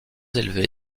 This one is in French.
élevé